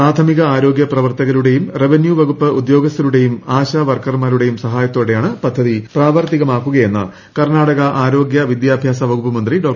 പ്രാഥമിക ആരോഗ്യ പ്രവർത്തകരുടേയും റവന്യു വകുപ്പ് ഉദ്യോഗസ്ഥരുടേയും ആശാ വർക്കർമാരുടേയും സഹായത്തോടെയാണ് പദ്ധതി പ്രാവർത്തികമാക്കുകയെന്ന് കർണാടക ആരോഗൃ വിദൃാഭ്യാസ വകുപ്പ് മന്ത്രി ഡോ